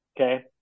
Okay